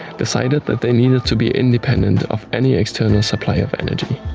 decided that they needed to be independent of any external supply of energy.